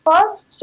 First